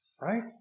Right